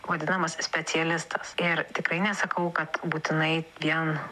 vadinamas specialistas ir tikrai nesakau kad būtinai vien